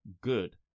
good